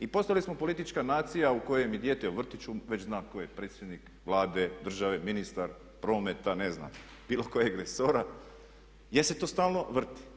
I postali smo politička nacija u kojem mi dijete u vrtiću već zna tko je predsjednik Vlade, države, ministar prometa, ne znam bilo kojeg resora jer se to stalno vrti.